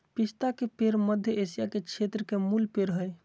पिस्ता के पेड़ मध्य एशिया के क्षेत्र के मूल पेड़ हइ